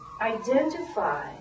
identify